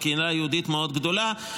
עם קהילה יהודית מאוד גדולה,